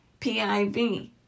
PIV